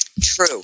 True